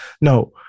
No